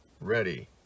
ready